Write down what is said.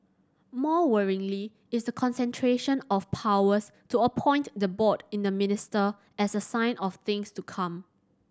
more worryingly is the concentration of powers to appoint the board in the minister as a sign of things to come